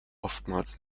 oftmals